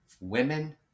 Women